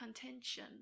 contention